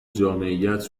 جامعیت